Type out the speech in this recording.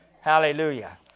Hallelujah